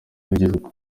y’igihugu